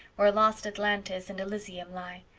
where lost atlantis and elysium lie,